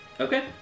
Okay